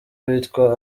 uwitwa